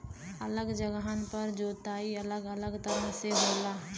अलग जगहन पर जोताई अलग अलग तरह से होला